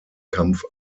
kampf